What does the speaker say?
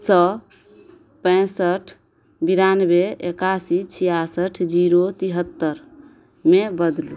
सओ पैँसठि बेरानवे एकासी छिआसठि जीरो तेहत्तरिमे बदलू